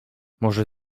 może